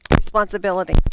Responsibility